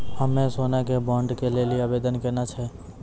हम्मे सोना के बॉन्ड के लेली आवेदन केना करबै?